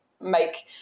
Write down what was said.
make